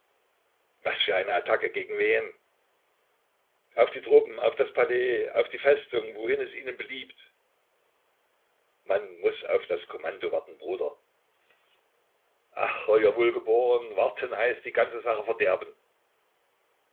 was für eine attacke gegen wen auf die truppen auf das palais auf die festung wohin es ihnen beliebt man muß auf das kommando warten bruder ach euer wohlgeboren warten heißt die ganze sache verderben